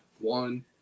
one